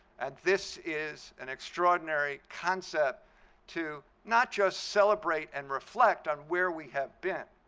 and this is an extraordinary concept to not just celebrate and reflect on where we have been,